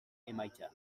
emaitza